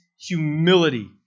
humility